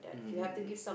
mm mm mm